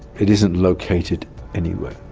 it isn't located anywhere,